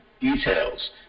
details